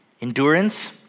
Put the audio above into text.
endurance